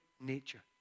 nature